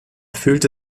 fühlte